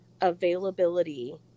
availability